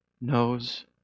knows